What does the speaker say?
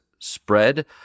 spread